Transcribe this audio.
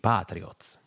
Patriots